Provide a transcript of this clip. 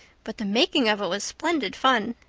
but the making of it was splendid fun.